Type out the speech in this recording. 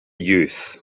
youth